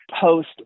Post